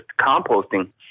composting